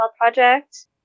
Project